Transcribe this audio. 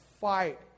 fight